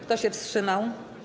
Kto się wstrzymał?